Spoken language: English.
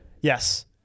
Yes